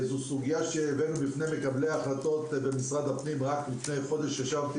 זו סוגיה שהבאנו בפני מקבלי ההחלטות במשרד הפנים ורק לפני חודש ישבתי